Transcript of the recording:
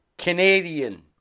Canadian